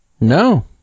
No